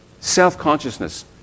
Self-consciousness